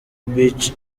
beach